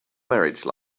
marriage